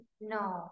No